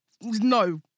no